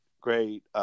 Great